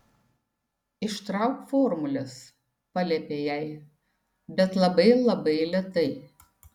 ištrauk formules paliepė jai bet labai labai lėtai